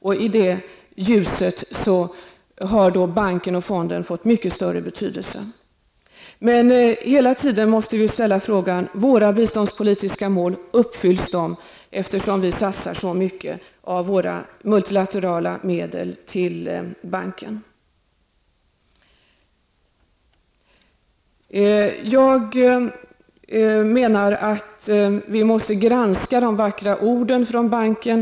I det ljuset har banken och fonden fått mycket större betydelse. Men hela tiden måste vi ställa frågan om våra biståndspolitiska mål uppfylls, eftersom vi satsar så mycket av våra multilaterala medel på banken. Jag menar att vi måste granska de vackra orden från banken.